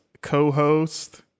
co-host